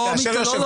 לא.